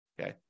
Okay